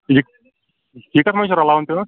یہِ یہِ کتھ منٛز چھُ رلاوُن پیٚوان